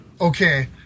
Okay